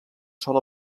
sol